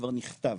שכבר נכתב